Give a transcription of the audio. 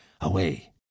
Away